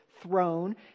throne